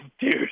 dude